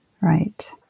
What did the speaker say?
right